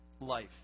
life